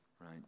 right